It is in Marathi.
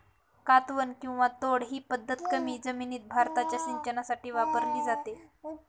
कातवन किंवा तोड ही पद्धत कमी जमिनीत भाताच्या सिंचनासाठी वापरली जाते